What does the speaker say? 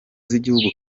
z’igihugu